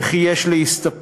וכי יש להסתפק